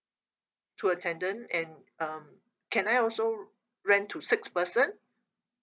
to a tenant and um can I also rent to six person